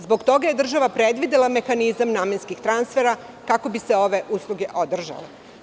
Zbog toga je država predvidela mehanizam namenskih transfera, kako bi se ove usluge održale.